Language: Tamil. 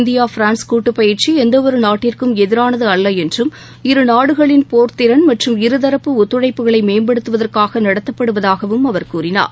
இந்தியா பிரான்ஸ் கூட்டுப்பயிற்சி எந்த ஒரு நாட்டிற்கும் எதிரானது அல்ல என்றும் இருநாடுகளின் போர்த்திறன் மற்றும் இருதரப்பு ஒத்துழைப்புகளை மேம்படுத்துவதற்காக நடத்தப்படுவதாகவும் அவர் கூறினார்